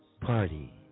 party